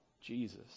Jesus